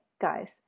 guys